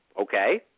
Okay